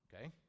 Okay